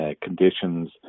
conditions